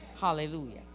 Hallelujah